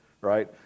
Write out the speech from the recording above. right